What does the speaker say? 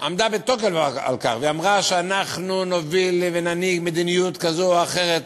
עמדה בתוקף על כך ואמרה שאנחנו נוביל וננהיג מדיניות כזאת או אחרת,